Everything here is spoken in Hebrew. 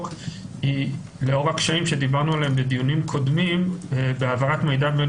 היא לאור הקשרים שדיברנו עליהם בדיונים קודמים בהעברת מידע בין